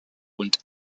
und